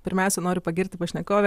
pirmiausia noriu pagirti pašnekovę